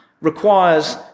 requires